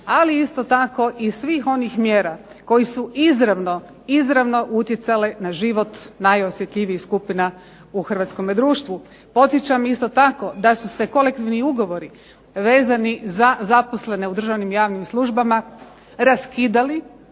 ali isto tako i svih onih mjera koje su izravno, izravno utjecale na život najosjetljivijih skupina u hrvatskome društvu. Podsjećam isto tako da su se kolektivni ugovori vezani za zaposlene u državnim i javnim službama raskidali,